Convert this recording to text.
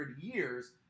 years